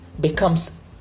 becomes